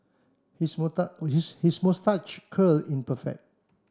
his his moustache curl is perfect